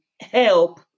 help